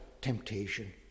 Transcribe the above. Temptation